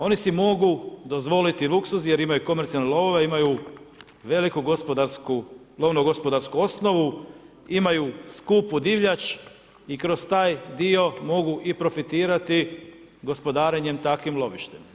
Oni si mogu dozvoliti luksuz jer imaju komercijalne lovove, imaju veliku gospodarsku, lovno gospodarsku osnovu, imaju skupu divljač i kroz taj dio mogu i profitirati gospodarenjem takvim lovištem.